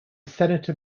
senator